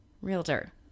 realtor